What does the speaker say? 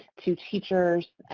to teachers,